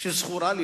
שזכורה לי